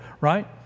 Right